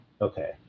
Okay